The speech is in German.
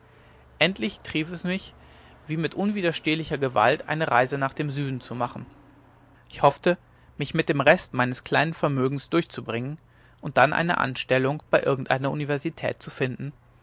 endlich trieb es mich wie mit unwiderstehlicher gewalt eine reise nach dem süden zu machen ich hoffte mich mit dem rest meines kleinen vermögens durchzubringen und dann eine anstellung bei irgendeiner universität zu finden